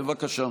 בבקשה.